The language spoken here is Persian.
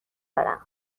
دارم